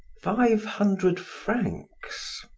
five hundred francs.